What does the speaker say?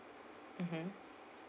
mmhmm